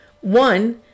One